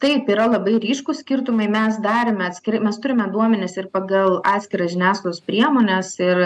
taip yra labai ryškūs skirtumai mes darėme atskirai mes turime duomenis ir pagal atskiras žiniasklaidos priemones ir